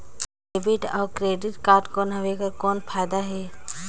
ये डेबिट अउ credit card कौन हवे एकर कौन फाइदा हे?